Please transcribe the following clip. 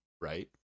Right